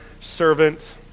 servant